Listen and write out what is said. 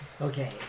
Okay